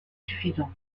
suffisant